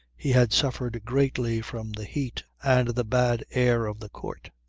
he had suffered greatly from the heat and the bad air of the court.